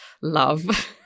love